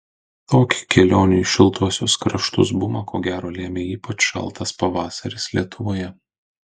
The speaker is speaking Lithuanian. tokį kelionių į šiltuosius kraštus bumą ko gero lėmė ypač šaltas pavasaris lietuvoje